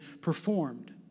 performed